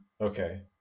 Okay